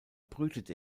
brütet